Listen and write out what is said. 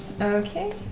Okay